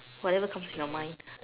whatever comes to your mind